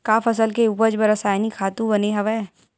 का फसल के उपज बर रासायनिक खातु बने हवय?